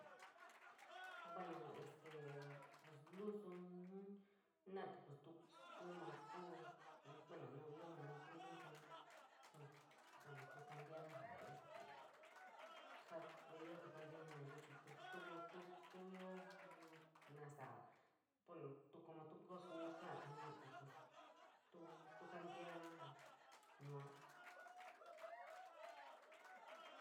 Bueno, pes este lusoon jenorati, tuo me ku, buuno nu ió na kuu lusoon, pues buuno tuo kontiioras ixx este jaa ióti kounta in nayio chií pos tuo, tuo ió, nasara buuno tuo comotu kaaku kaalai jenorati pos tuo tuo kantiiara ja yuua.